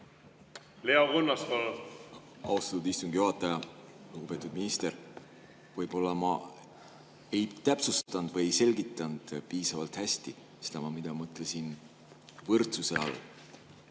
Leo Kunnas, palun! Austatud istungi juhataja! Lugupeetud minister! Võib-olla ma ei täpsustanud või selgitanud piisavalt hästi seda, mida mõtlesin võrdsuse all.